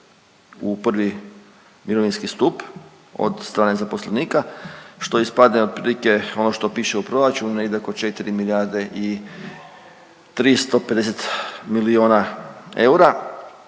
u I. mirovinski stup od strane zaposlenika, što ispadne otprilike ono što piše u proračunu, negdje oko 4 milijarde i 350 milijuna eura